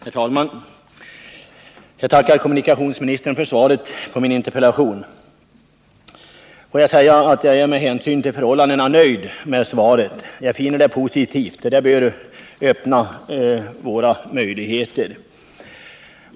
Herr talman! Jag tackar kommunikationsministern för svaret på min interpellation. Får jag också säga att jag med hänsyn till förhållandena är nöjd med svaret. Jag finner det positivt, och det bör öppna goda möjligheter.